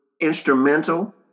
instrumental